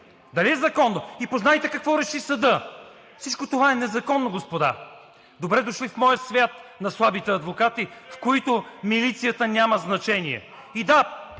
Дали е законно?! Познайте какво реши съдът: всичко това е незаконно, господа. Добре дошли в моя свят – на слабите адвокати, в който милицията няма значение. И да,